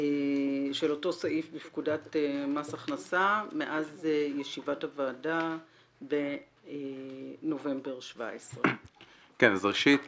של אותו סעיף בפקודת מס הכנסה מאז ישיבת הוועדה בנובמבר 2017. ראשית